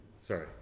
Sorry